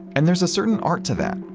and there's a certain art to that.